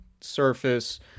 surface